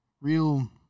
real